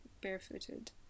barefooted